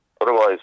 Otherwise